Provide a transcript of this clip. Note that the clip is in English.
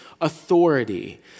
authority